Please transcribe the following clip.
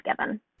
given